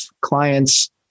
clients